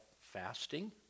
fasting